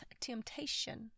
temptation